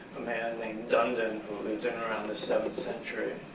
a man named dandin who lived in around the seventh century.